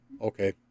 Okay